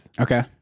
Okay